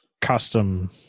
custom